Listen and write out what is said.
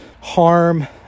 harm